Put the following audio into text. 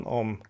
om